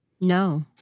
no